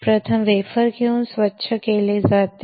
प्रथम वेफर घेऊन स्वच्छ केले जाते